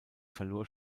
verlor